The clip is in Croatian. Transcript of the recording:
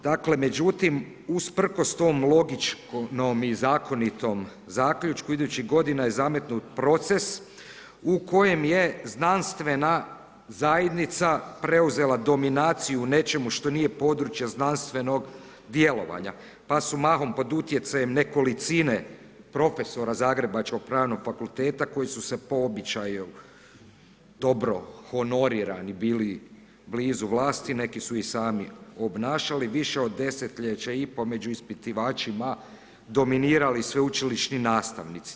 Dakle, međutim, usprkos tom logičnom i zakonitom zaključku idućih godina je zametnut proces u kojem je znanstvena zajednica preuzela dominaciju u nečemu što nije područje znanstvenog djelovanja pa su mahom pod utjecajem nekolicine profesora zagrebačkog Pravnog fakulteta koji su se po običaju dobro honorirani bili blizu vlasti, neki su je i sami obnašali, više od desetljeća i po, među ispitivačima dominirali sveučilišni nastavnici.